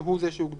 שהוא זה שהוגדר